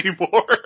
anymore